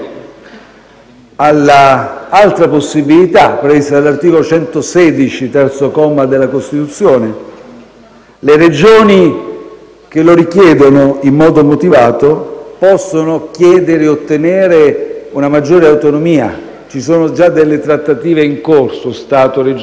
all'altra possibilità prevista dall'articolo 116, terzo comma della Costituzione: le Regioni che lo richiedono in modo motivato possono chiedere ed ottenere una maggiore autonomia. Ci sono già delle trattative in corso Stato-Regioni: